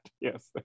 yes